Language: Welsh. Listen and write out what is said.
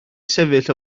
sefyll